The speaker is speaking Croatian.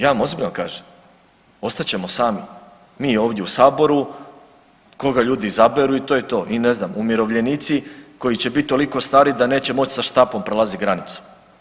Ja vam ozbiljno kažem ostat ćemo sami, mi ovdje u saboru, koga ljudi izaberu i to je to i ne znam umirovljenici koji će biti toliko stari da neće moći sa štapom prolazit granicu.